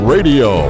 Radio